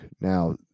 Now